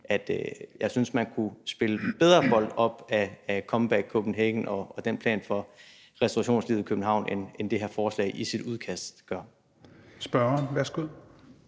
at jeg synes, man kunne spille bedre bold op ad »Comeback Copenhagen« og den plan for restaurationslivet i København, end det her forslag i sit udkast gør. Kl. 16:41 Tredje